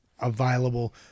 available